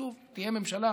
שוב, תהיה ממשלה,